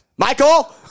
Michael